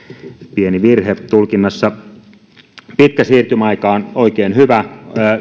pieni virhe tulkinnassa pitkä siirtymäaika on oikein hyvä